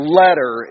letter